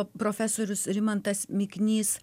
profesorius rimantas miknys